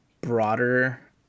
broader